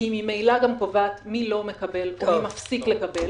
היא ממילא גם קובעת מי לא מקבל ומי מפסיק לקבל,